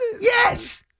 Yes